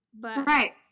Right